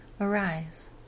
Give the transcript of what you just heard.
arise